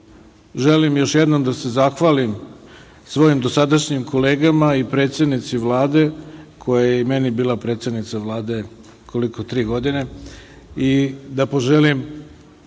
želim još jednom da se zahvalim svojim dosadašnjim kolegama i predsednici Vlade, koja je i meni bila predsednica Vlade tri godine, i da poželim